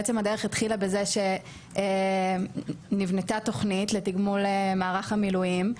בעצם הדרך התחילה בזה שנבנתה תוכנית לתגמול מערך המילואים,